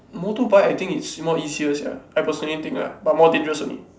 motorbike I think it's more easier sia I personally think ah but more dangerous only